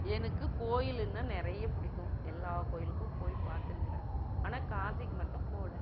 எனக்கு கோவிலுனா நிறைய பிடிக்கும் எல்லா கோவிலுக்கும் போய் பார்த்துனுருக்கிறன் ஆனால் காசிக்கு மட்டும் போகல